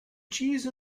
cheese